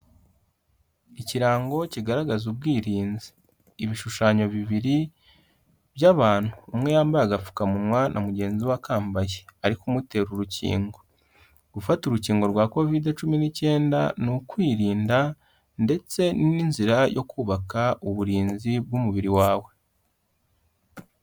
Ikirango kigaragaza ubwirinzi, ibishushanyo bibiri by'abantu. Umwe yambaye agapfukamunwa na mugenzi we akambaye, ariko umutera urukingo. Gufata urukingo rwa covidi cumi n'icyenda ni ukwirinda, ndetse n'inzira yo kubaka uburinzi bw'umubiri wawe.